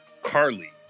Carly